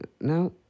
No